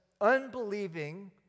unbelieving